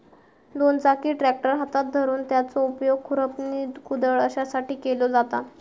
दोन चाकी ट्रॅक्टर हातात धरून त्याचो उपयोग खुरपणी, कुदळ अश्यासाठी केलो जाता